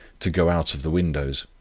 to go out of the windows.